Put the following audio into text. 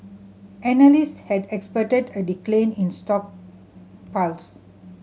analysts had expected a decline in stockpiles